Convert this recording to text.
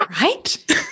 right